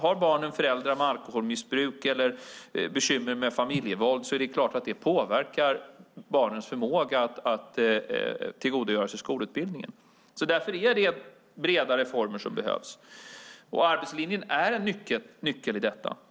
Har barnen föräldrar med alkoholmissbruk eller bekymmer med familjevåld är det klart att det påverkar barnens förmåga att tillgodogöra sig skolutbildningen. Därför är det bredare former som behövs. Arbetslinjen är en nyckel i detta.